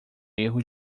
erro